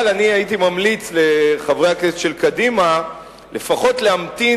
אבל אני הייתי ממליץ לחברי הכנסת של קדימה לפחות להמתין,